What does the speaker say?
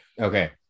Okay